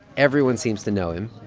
everyone seems to know him.